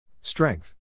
Strength